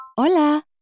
Hola